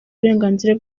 uburenganzira